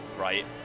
right